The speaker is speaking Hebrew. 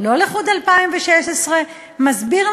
דיוק, או הוועדה שהגישה